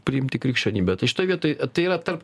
priimti krikščionybę tai šitoj vietoj tai yra tarp